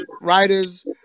writers